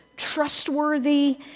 trustworthy